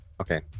okay